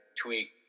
tweak